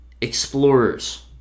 explorers